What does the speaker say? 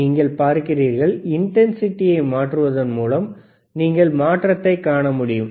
நீங்கள் பார்க்கிறீர்கள் இன்டன்சிடியை மாற்றுவதன் மூலம் நீங்கள் மாற்றத்தைக் காண முடியும்